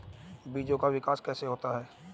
बीज का विकास कैसे होता है?